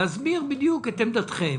להסביר בדיוק את עמדתכם